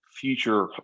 future